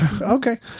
Okay